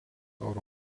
oro